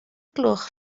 gloch